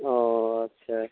اوہ اچھا